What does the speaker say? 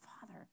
father